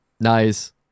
Nice